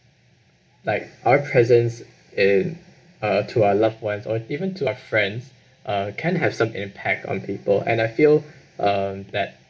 like our presence in uh to our loved ones or in even to our friends uh can have some impact on people and I feel um that